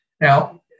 Now